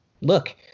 look